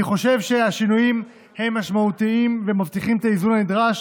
אני חושב שהשינויים הם משמעותיים ומבטיחים את האיזון הנדרש,